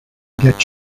get